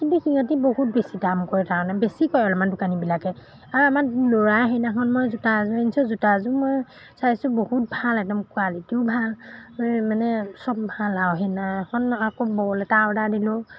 কিন্তু সিহঁতি বহুত বেছি দাম কৰে তাৰমানে বেছি কৰে অলপমান দোকানীবিলাকে আৰু আমাৰ ল'ৰা সেইদিনাখন মই জোতা এযোৰ আনিছোঁ জোতা এযোৰ মই চাইছোঁ বহুত ভাল একদম কোৱালিটিও ভাল মানে মানে চব ভাল আৰু সেইদিনাখন আকৌ বল এটা অৰ্ডাৰ দিলোঁ